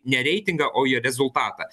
ne reitingą o jo rezultatą